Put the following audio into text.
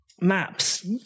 Maps